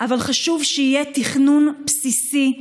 אבל חשוב שיהיה תכנון בסיסי קדימה.